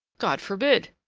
god forbid!